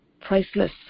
priceless